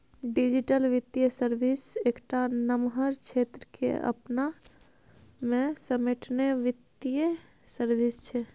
digital बित्तीय service एकटा नमहर क्षेत्र केँ अपना मे समेटने बित्तीय सर्विस छै